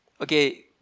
Okay